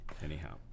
Anyhow